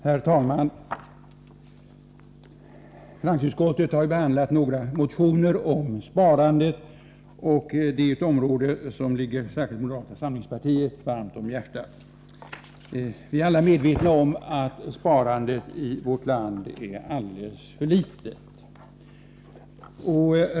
Herr talman! Finansutskottet har behandlat några motioner om sparande, och det är ett område som särskilt ligger moderata samlingspartiet om hjärtat. Vi är alla medvetna om att sparandet i vårt land är alldeles för litet.